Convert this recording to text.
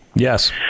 Yes